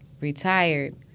retired